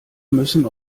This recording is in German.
müssen